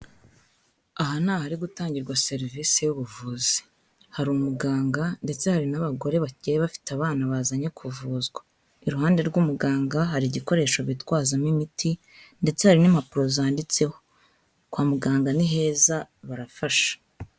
Aha ni ahari gutangirwa serivise y'ubuvuzi, hari umuganga ndetse hari n'abagore bagiye bafite abana bazanye kuvuzwa, iruhande rw'umuganga hari ibikoresho bitwazamo imiti ndetse hari n'impapuro zanditseho, kwa muganga ni heza barafasha.